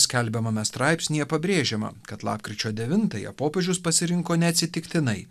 skelbiamame straipsnyje pabrėžiama kad lapkričio devintąją popiežius pasirinko neatsitiktinai